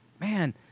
man